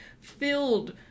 filled